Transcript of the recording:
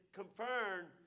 confirmed